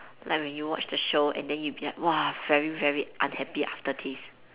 like when you watch the show and then you'd be like !wah! very very unhappy after this